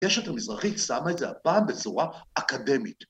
‫הקשת המזרחית שמה את זה ‫הפעם בצורה אקדמית.